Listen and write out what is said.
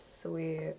Sweet